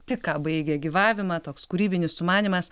tik ką baigė gyvavimą toks kūrybinis sumanymas